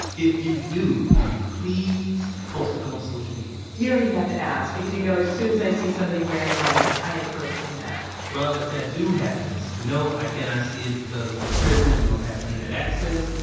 if you do, will you please post it on social media? you don't even have to ask, because you know as soon as i see somebody wearing one, i am posting that well, if that do happens, you know i cannot see it because we're in prison. we don't have internet access.